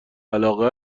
علاقه